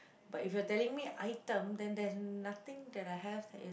but if you are telling me item then there is nothing that I have that is